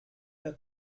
der